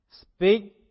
Speak